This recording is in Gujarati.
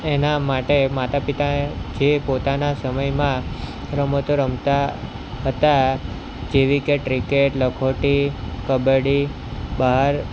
એના માટે માતા પિતાએ જે પોતાના સમયમાં રમતો રમતા હતા જેવી કે ક્રિકેટ લખોટી કબ્બડી બહાર